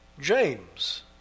James